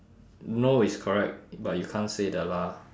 no is correct but you can't say the lah